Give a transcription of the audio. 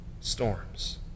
storms